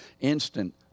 instant